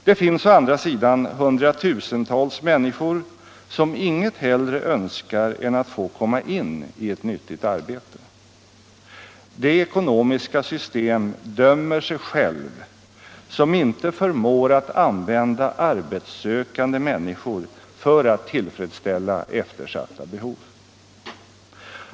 Det finns å andra sidan hundratusentals människor som inget hellre önskar än att få komma in i ett nyttigt arbete. Det ekonomiska system dömer sig självt som inte förmår att använda arbetssökande människor för att tillfredsställa eftersatta behov.